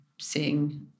seeing